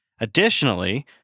Additionally